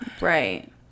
Right